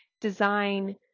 design